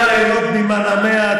תהיה לכם זכות גדולה ליהנות ממנעמיה.